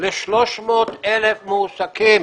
ל-300,000 מועסקים,